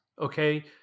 Okay